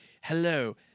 hello